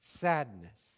sadness